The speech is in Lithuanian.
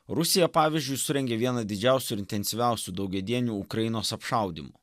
rusija pavyzdžiui surengė vieną didžiausių ir intensyviausių daugiadienių ukrainos apšaudymų